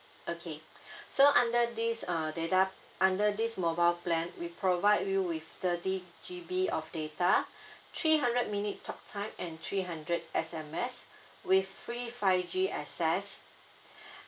okay so under this uh data under this mobile plan we provide you with thirty G_B of data three hundred minute talktime and three hundred S_M_S with free five G access